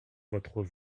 votre